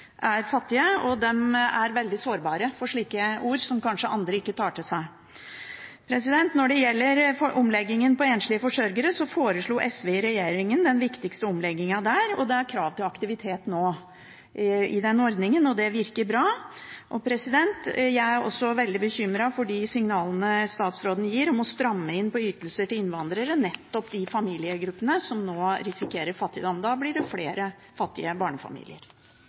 er fattige, og de er veldig sårbare for slike ord, som andre kanskje ikke tar til seg. Når det gjelder omleggingen for enslige forsørgere, foreslo SV i regjering den viktigste omleggingen, og det er krav til aktivitet i den ordningen nå. Den virker bra. Jeg er også veldig bekymret for de signalene statsråden gir om å stramme inn på ytelser for innvandrere – nettopp de familiegruppene som nå risikerer fattigdom. Da blir det flere fattige barnefamilier.